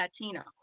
Latino